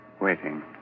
waiting